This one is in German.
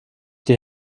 die